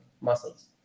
muscles